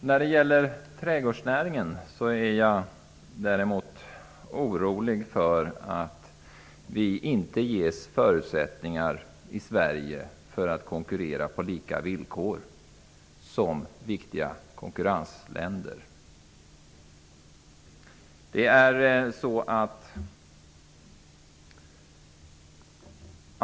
När det gäller trädgårdsnäringen är jag däremot orolig för att vi i Sverige inte ges förutsättningar att konkurrera på lika villkor med viktiga konkurrentländer.